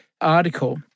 article